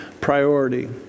priority